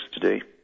today